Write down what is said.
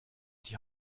die